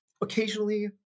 occasionally